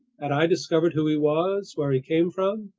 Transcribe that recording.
had i discovered who he was, where he came from,